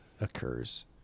occurs